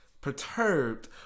perturbed